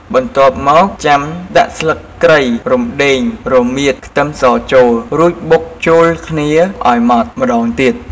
បន្ទាប់មក ចាំដាក់ស្លឹកគ្រៃ រំដេង រមៀត ខ្ទឹមសចូល រួចបុកចូលគ្នាឱ្យម៉ដ្ឋម្តងទៀត។